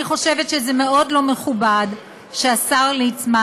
אני חושבת שזה מאוד לא מכובד שהשר ליצמן,